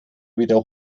wieder